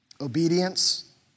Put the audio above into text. obedience